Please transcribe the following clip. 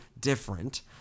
different